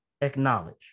acknowledge